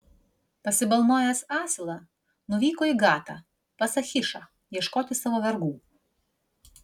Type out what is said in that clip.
pasibalnojęs asilą nuvyko į gatą pas achišą ieškoti savo vergų